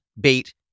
bait